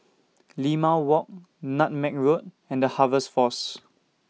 Limau Walk Nutmeg Road and The Harvest Force